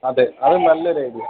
അതെ അത് നല്ലൊരു ഐഡിയയാണ്